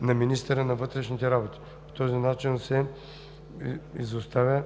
на министъра на вътрешните работи. По този начин се изоставя